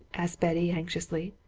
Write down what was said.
asked betty anxiously.